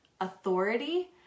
authority